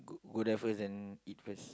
go there first then eat first